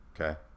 okay